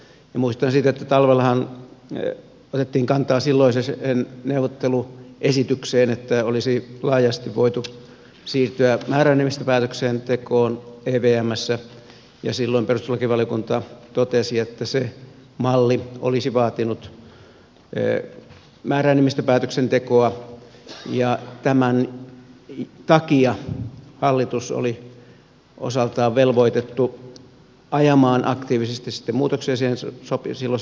muistutan siitä että talvellahan otettiin kantaa silloiseen neuvotteluesitykseen että olisi laajasti voitu siirtyä määräenemmistöpäätöksentekoon evmssä ja silloin perustuslakivaliokunta totesi että se malli olisi vaatinut määräenemmistöpäätöksentekoa ja tämän takia hallitus oli osaltaan velvoitettu ajamaan aktiivisesti sitten muutoksia siihen silloiseen neuvotteluesitykseen